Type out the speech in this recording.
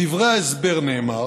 בדברי ההסבר נאמר